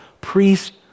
priest